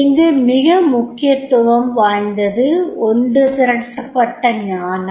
இங்கு மிக மிக முக்கியத்துவம் வாய்ந்தது ஒன்றுதிரட்டப்பட்ட ஞானம்